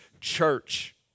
church